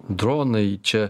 dronai čia